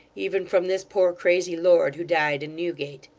even from this poor crazy lord who died in newgate.